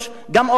עוד נקודה,